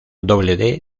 doble